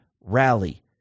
rally